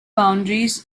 boundaries